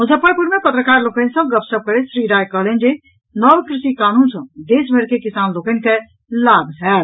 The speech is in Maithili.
मुजफ्फरपुर मे पत्रकार लोकनि सॅ गपशप करैत श्री राय कहलनि जे नव कृषि कानून सॅ देश भरि के किसान लोकनि के लाभ होयत